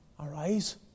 Arise